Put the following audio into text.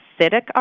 acidic